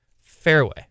fairway